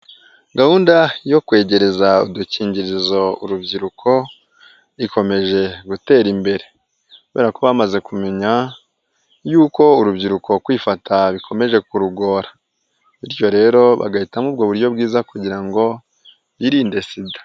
Gahunda yo kwegereza udukingirizo urubyiruko, ikomeje gutera imbere. Kubera ko bamaze kumenya yuko urubyiruko kwifata bikomeje kurugora. Bityo rero bagahitamo ubwo buryo bwiza kugira ngo rwirinde SIDA.